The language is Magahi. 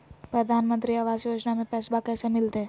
प्रधानमंत्री आवास योजना में पैसबा कैसे मिलते?